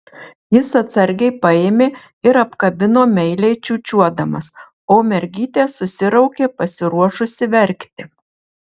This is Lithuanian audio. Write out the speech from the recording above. jis atsargiai paėmė ir apkabino meiliai čiūčiuodamas o mergytė susiraukė pasiruošusi verkti